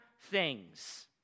things